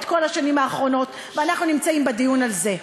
בכל השנים האחרונות ואנחנו בדיון על זה,